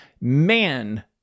man-